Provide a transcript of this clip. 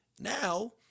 Now